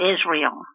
Israel